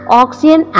oxygen